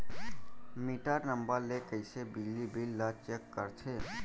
Metre number ले कइसे बिजली बिल ल चेक करथे?